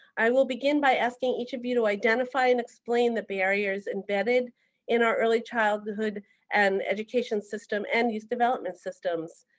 i will begin by asking each of you to identify and explain the barriers embedded in our early childhood and education system and youth development systems,